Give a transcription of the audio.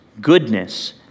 goodness